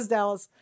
Dallas